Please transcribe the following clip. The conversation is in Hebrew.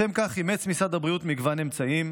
לשם כך אימץ משרד הבריאות מגוון אמצעים.